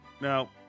now